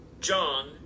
John